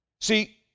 See